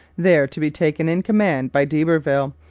there to be taken in command by d'iberville,